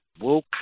woke